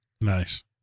Nice